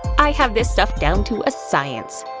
i have this stuff down to a science.